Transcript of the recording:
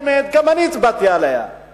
בממשלה הקודמת גם אני הצבעתי נגדה,